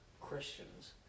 Christians